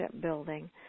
building